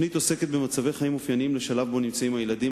התוכנית עוסקת במצבי חיים אופייניים לשלב שבו נמצאים הילדים,